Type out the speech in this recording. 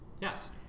yes